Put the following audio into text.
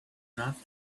not